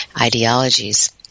ideologies